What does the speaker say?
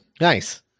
Nice